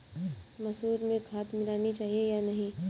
मसूर में खाद मिलनी चाहिए या नहीं?